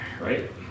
right